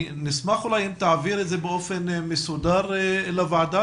נשמח אם תעבירי את זה באופן מסודר לוועדה,